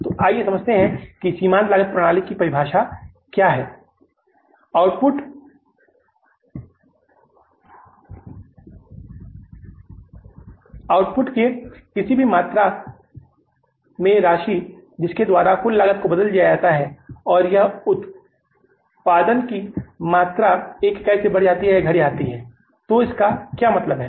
तो आइए समझते हैं कि सीमांत लागत की परिभाषा क्या है आउटपुट के किसी भी मात्रा में राशि जिसके द्वारा कुल लागत को बदल दिया जाता है यदि उत्पादन की मात्रा एक इकाई से बढ़ जाती है या घट जाती है तो इसका क्या मतलब है